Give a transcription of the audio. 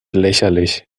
lächerlich